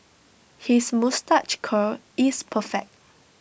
his moustache curl is perfect